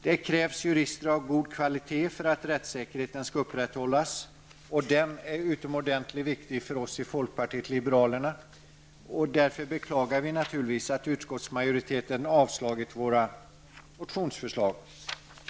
Det krävs jurister av god kvalitet för att rättssäkerheten skall upprätthållas. Rättssäkerheten är för oss i folkpartiet liberalerna utomordentligt viktig. Därför beklagar vi naturligtvis att utskottsmajoriteten avstyrkt våra motionsförslag.